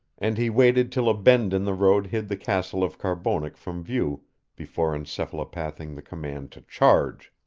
and he waited till a bend in the road hid the castle of carbonek from view before encephalopathing the command to charge.